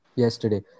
Yesterday